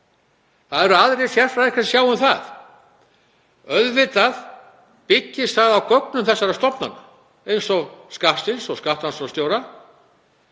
Það eru aðrir sérfræðingar sem sjá um það. Auðvitað byggist það á gögnum þessara stofnana eins og Skattsins og